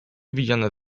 widziane